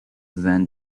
then